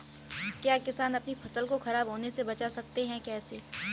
क्या किसान अपनी फसल को खराब होने बचा सकते हैं कैसे?